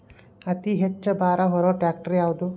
ಅತಿ ಹೆಚ್ಚ ಭಾರ ಹೊರು ಟ್ರ್ಯಾಕ್ಟರ್ ಯಾದು?